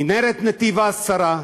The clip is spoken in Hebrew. מנהרת נתיב-העשרה,